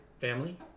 family